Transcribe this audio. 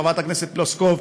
חברת הכנסת פלוסקוב,